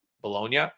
Bologna